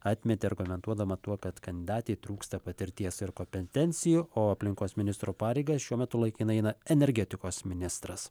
atmetė argumentuodama tuo kad kandidatei trūksta patirties ir kompetencijų o aplinkos ministro pareigas šiuo metu laikinai eina energetikos ministras